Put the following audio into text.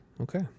Okay